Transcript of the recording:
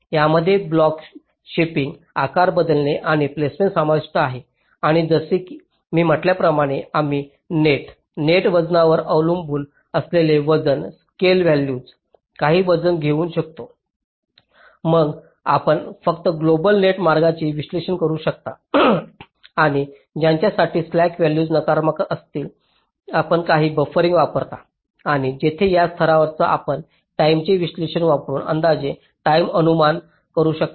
यामध्ये block shaping आकार बदलणे आणि प्लेसमेंट समाविष्ट आहे आणि जसे मी म्हटल्याप्रमाणे आम्ही नेट नेट वजनावर अवलंबून असलेले वजन स्केल वॅल्यूज काही वजन देऊ शकतो मग आपण फक्त ग्लोबल नेट मार्गांचे विश्लेषण करू शकता आणि ज्यांच्यासाठी स्लॅक व्हॅल्यूज नकारात्मक असतात आपण काही बफरिंग वापरता आणि येथे या स्तरावर आपण काही टाईमेचे विश्लेषण वापरुन अंदाजे टाईम अनुमान करू शकता